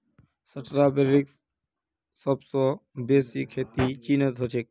स्ट्रॉबेरीर सबस बेसी खेती चीनत ह छेक